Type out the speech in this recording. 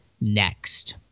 next